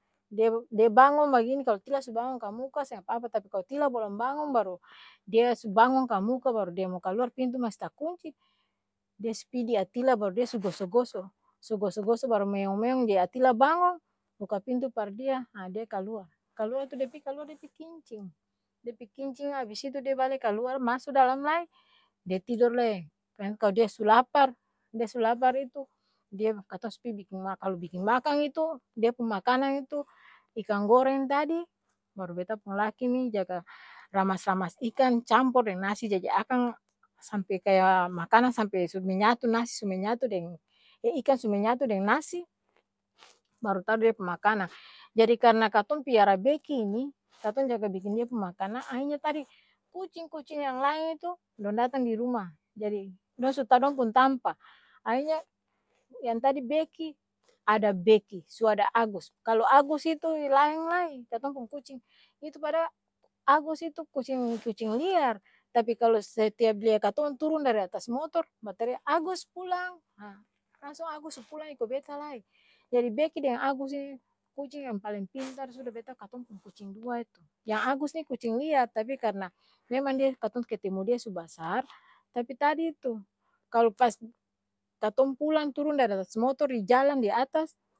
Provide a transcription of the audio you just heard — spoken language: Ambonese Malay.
De dia bangong bagini kalo tila su bangong ka muka seng apa-apa tapi kalo tila balong bangong baru dia su bangong kamuka baru dia mo kaluar pintu masi takunci, dia su pi di atila baru dia su goso-goso, su goso-goso baru meong-meong di atila bangong, buka pintu par dia, ha dia kaluar, kaluar tu dia pi kaluar dia pi kincing, dia pi kincing abis itu dia bale ka luar maso dalam lai, dia tidor lai, palai kalo dia su lapar, dia su lapar itu dia katong su pi biking mak, kalo biking makang itu, dia pung makanang itu, ikang goreng tadi baru beta pung laki ni jaga, ramas-ramas ikang campor deng nasi, jadi akang sampe kaya makanang sampe su menyatu nasi su menyatu deng, e ikang su menyatu deng nasi, baru taru dia pung makanang, jadi karna katong piara beki ini, katong jaga biking dia pung makanang, ahi nya tadi kucing-kucing yang laeng itu, dong datang di ruma, jadi dong su tau dong pung tampa, ahi nya yang tadi beki, ada beki, su ada agus, kalo agus itu i laeng lai, katong pung kucing, itu padahal agus itu kucing kucing-liar, tapi kalo setiap lia katong turung dari atas motor, batarea agus pulang! Haa langsung agus su pulang iko beta lai, jadi beki deng agus ini, kucing yang paleng pintar suda, beta katong pung kucing dua itu, yang agus ni kucing liar, tapi karna memang dia katong ketemu dia su basar, tapi tadi tu klo pas katong pulang turung dari atas motor di jalang di atas.